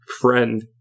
friend